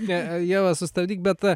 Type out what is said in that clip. ne ievą sustabdyk bet